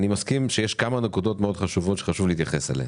אני מסכים שיש כמה נקודות מאוד חשובות שחשוב להתייחס אליהן.